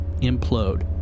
implode